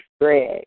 Greg